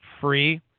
free